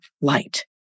light